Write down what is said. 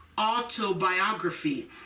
autobiography